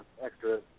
extra